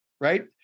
Right